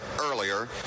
earlier